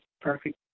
perfect